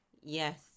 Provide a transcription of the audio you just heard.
Yes